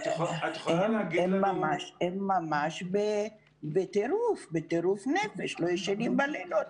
הם ממש בטירוף נפש, לא ישנים בלילות.